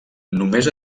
només